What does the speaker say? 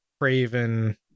craven